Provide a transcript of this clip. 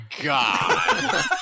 God